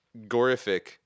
Gorific